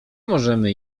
możemy